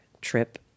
trip